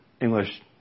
English